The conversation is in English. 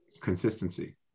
consistency